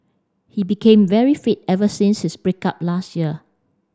he became very fit ever since his break up last year